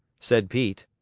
said pete.